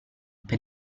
per